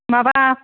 माबा